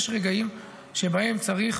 יש רגעים שבהם צריך